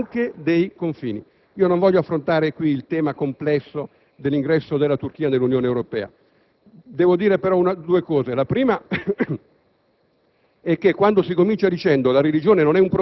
Tutto ciò che ha un'identità ha anche dei confini. Non voglio affrontare in questa sede il tema, complesso, dell'ingresso della Turchia nell'Unione Europea. Devo dire però due cose. La prima